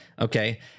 okay